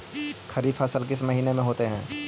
खरिफ फसल किस महीने में होते हैं?